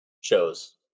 shows